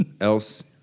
else